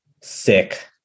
sick